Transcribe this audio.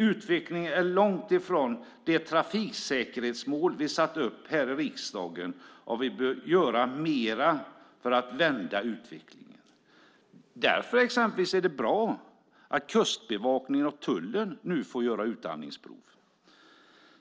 Utvecklingen är långt ifrån det trafiksäkerhetsmål vi satt upp här i riksdagen, och vi bör göra mer för att vända utvecklingen. Därför är det exempelvis bra att Kustbevakningen och tullen nu får ta utandningsprov.